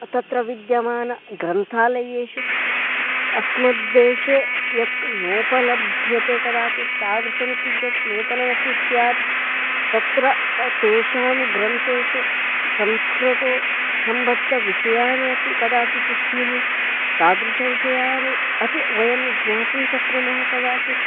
तत्र विद्यमानग्रन्थालयेषु अस्मद्देशे यत् नोपलभ्यते कदाचित् तादृशं किञ्चित् नूतनमपि स्यात् तत्र तेषां ग्रन्थेषु संस्कृतसम्बद्धविषयाणि अपि कदाचित् स्युः तादृशविषयाणि अपि वयं ज्ञातुं शक्नुमः कदाचित्